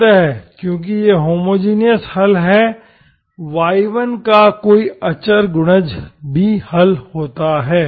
अतः क्योंकि यह होमोजिनियस हल है y1का कोई अचर गुणज भी हल होता है